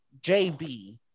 JB